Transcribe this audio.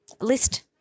list